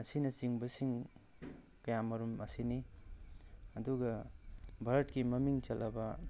ꯑꯁꯤꯅ ꯆꯤꯡꯕꯁꯤꯡ ꯀꯌꯥꯃꯔꯨꯝ ꯑꯁꯤꯅꯤ ꯑꯗꯨꯒ ꯚꯥꯔꯠꯀꯤ ꯃꯃꯤꯡ ꯆꯜꯂꯕ